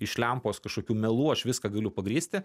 iš lempos kažkokių melų aš viską galiu pagrįsti